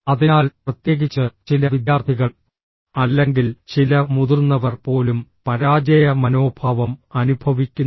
അതിനാൽ പ്രത്യേകിച്ച് ചില വിദ്യാർത്ഥികൾ അല്ലെങ്കിൽ ചില മുതിർന്നവർ പോലും പരാജയ മനോഭാവം അനുഭവിക്കുന്നു